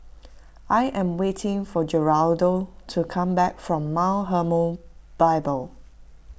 I am waiting for Geraldo to come back from Mount Hermon Bible